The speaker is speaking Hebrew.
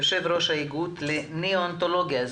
יו"ר האיגוד לניאונטולוגיה.